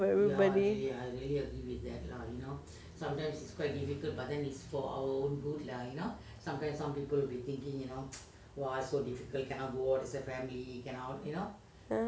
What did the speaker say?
about everybody